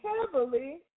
heavily